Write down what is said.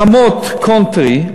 רמות, קאנטרי,